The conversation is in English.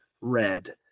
red